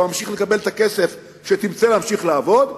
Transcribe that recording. אתה ממשיך לקבל את הכסף כדי שתרצה להמשיך לעבוד.